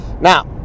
Now